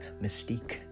mystique